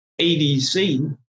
ADC